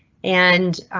and